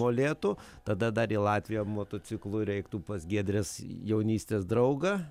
molėtų tada dar į latviją motociklu reiktų pas giedrės jaunystės draugą